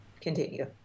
Continue